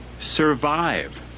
survive